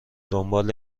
دنبال